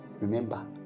Remember